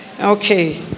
Okay